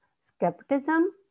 skepticism